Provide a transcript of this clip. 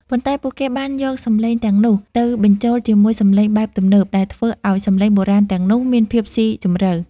ប៉ុន្តែពួកគេបានយកសំឡេងទាំងនោះ ទៅបញ្ចូលជាមួយសំឡេងបែបទំនើប ដែលធ្វើឱ្យសំឡេងបុរាណទាំងនោះមានភាពស៊ីជម្រៅ។